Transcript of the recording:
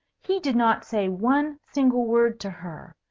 he did not say one single word to her.